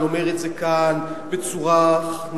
אני אומר את זה כאן בצורה נחרצת,